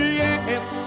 yes